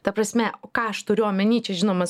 ta prasme ką aš turiu omeny čia žinoma